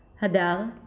hada,